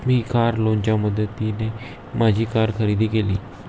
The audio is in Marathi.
मी कार लोनच्या मदतीने माझी कार खरेदी केली